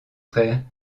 frères